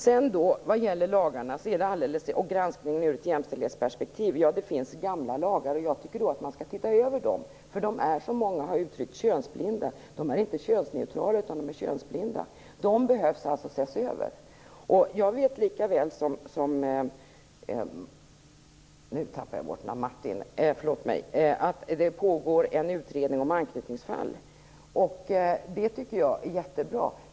Man talar om granskningen av lagar i ett jämställdhetsperspektiv. Det finns gamla lagar, och jag tycker att man skall titta över dem. Som många har uttryckt är de nämligen könsblinda. De är inte könsneutrala - de är könsblinda. De behöver alltså ses över. Jag vet lika väl som Martin Nilsson att det pågår en utredning om anknytningsfall, och det tycker jag är jättebra.